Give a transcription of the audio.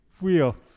Wheel